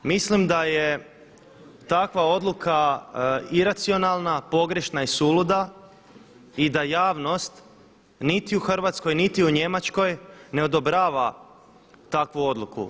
Mislim da je takva odluka iracionalna, pogrešna i suluda i da javnost niti u Hrvatskoj, niti u Njemačkoj ne odobrava takvu odluku.